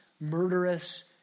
murderous